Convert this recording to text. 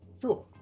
sure